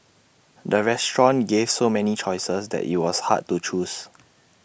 the restaurant gave so many choices that IT was hard to choose